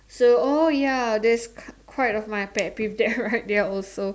so oh ya there's var quite of my pet peeve that I write there also